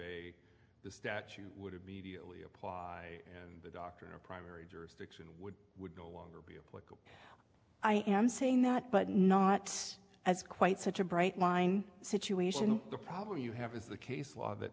the statute would immediately apply and the doctor in a primary jurisdiction would go along i am saying that but not as quite such a bright line situation the problem you have is the case law that